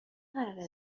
قراره